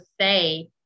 say